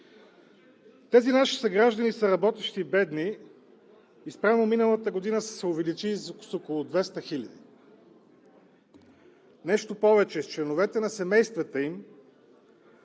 Тези наши съграждани са работещи бедни и спрямо миналата година са се увеличили с около 200 хиляди. Нещо повече, членовете на семействата им